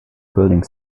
building